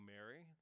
Mary